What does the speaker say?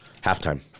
Halftime